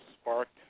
sparked